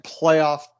playoff